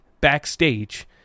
backstage